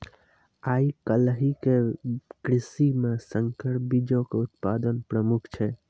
आइ काल्हि के कृषि मे संकर बीजो के उत्पादन प्रमुख छै